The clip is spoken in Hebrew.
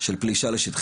כמו שנגעו פה לפני זה,